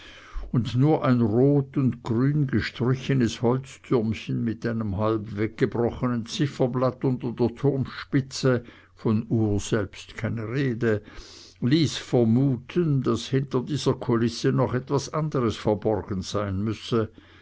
und nur ein rot und grün gestrichenes holztürmchen mit einem halb weggebrochenen zifferblatt unter der turmspitze von uhr selbst keine rede ließ vermuten daß hinter dieser kulisse noch etwas anderes verborgen sein müsse